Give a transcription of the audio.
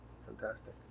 fantastic